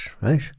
right